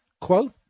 quote